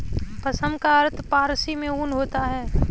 पश्म का अर्थ फारसी में ऊन होता है